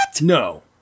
no